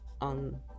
on